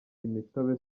imitobe